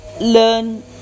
learn